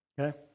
Okay